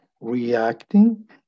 reacting